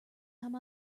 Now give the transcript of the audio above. time